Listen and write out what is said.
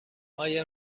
آیا